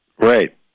Right